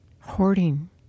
hoarding